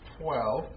twelve